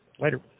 Later